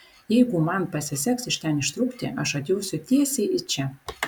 jeigu man pasiseks iš ten ištrūkti aš atjosiu tiesiai į čia